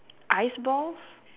ice balls